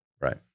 Right